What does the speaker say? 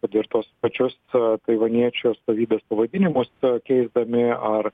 kad ir tuos pačius taivaniečių atstovybės pavadinimus keisdami ar